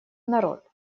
народ